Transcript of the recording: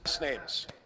names